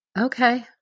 Okay